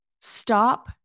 stop